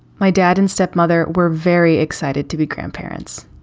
my dad and stepmother were very excited to be grandparents.